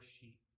sheep